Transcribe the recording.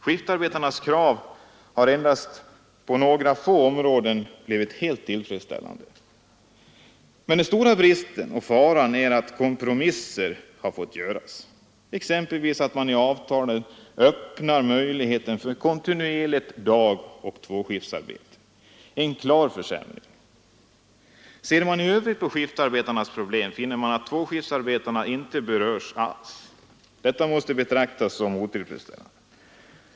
Skiftarbetarnas krav har endast på några få områden helt tillfredsställts. Men den stora bristen och faran är att kompromisser har fått göras, exempelvis att man i avtalen öppnar möjligheten för kontinuerligt dagoch tvåskiftsarbete, vilket är en klar försämring. Ser man i övrigt på skiftarbetarnas problem finner man att tvåskiftsarbetarna inte berörs alls. Detta måste betraktas som otillfredsställande.